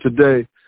today